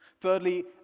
Thirdly